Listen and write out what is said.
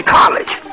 college